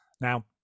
Now